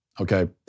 Okay